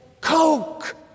Coke